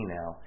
now